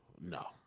No